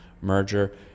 merger